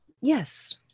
Yes